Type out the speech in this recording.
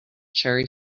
cherry